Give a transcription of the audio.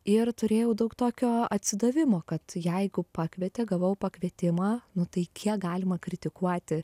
ir turėjau daug tokio atsidavimo kad jeigu pakvietė gavau pakvietimą nu tai kiek galima kritikuoti